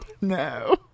no